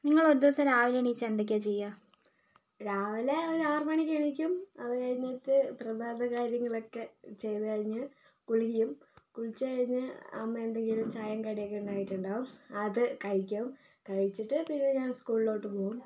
നിങ്ങളൊരു ദിവസം രാവിലെ എണീച്ച് എന്തൊക്കെയാ ചെയ്യുക രാവിലെ ഒരു ആറ് മണിക്ക് എണീക്കും അത് കഴിഞ്ഞിട്ട് പ്രഭാത കാര്യങ്ങളൊക്കെ ചെയ്തുകഴിഞ്ഞ് കുളിക്കും കുളിച്ച് കഴിഞ്ഞ് അമ്മ എന്തെങ്കിലും ചായയും കടിയും ഒക്കെ ഉണ്ടാക്കീട്ടുണ്ടാവും അത് കഴിക്കും കഴിച്ചിട്ട് പിന്നെ ഞാൻ സ്കൂളിലോട്ട് പോവും